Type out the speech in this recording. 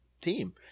team